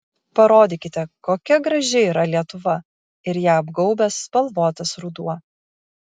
parodykite kokia graži yra lietuva ir ją apgaubęs spalvotas ruduo